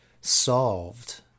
solved